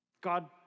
God